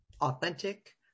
authentic